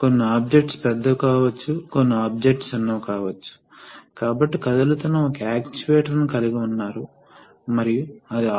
కొన్ని conveyor belt కొంత వస్తువును తెచ్చిందని అనుకుందాం కాబట్టి హైడ్రాలిక్ ఆర్మ్ ఉండవచ్చు అది బిల్లులోకి వస్తువును నెట్టివేసి ఉపసంహరించుకుంటుంది